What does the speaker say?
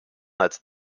het